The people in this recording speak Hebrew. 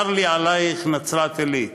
צר לי עלייך, נצרת-עילית.